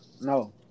No